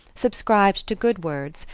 subscribed to good words,